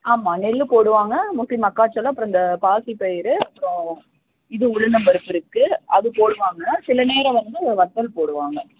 ஆமாம் நெல் போடுவாங்கள் மோஸ்ட்லி மக்காச்சோளம் அப்புறம் இந்த பாசிப்பயிறு அப்புறம் இது உளுந்தம்பருப்பு இருக்குது அது போடுவாங்கள் சில நேரம் வந்து வத்தல் போடுவாங்கள்